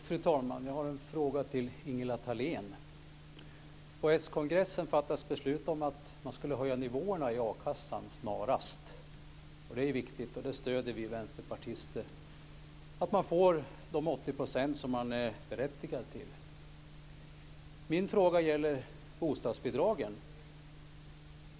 Fru talman! Jag har en fråga till Ingela Thalén. På s-kongressen fattades det beslut om att man skulle höja nivåerna i a-kassan snarast. Det är viktigt. Vi vänsterpartister stöder att man ska få de 80 % som man är berättigad till. Min fråga gäller bostadsbidragen.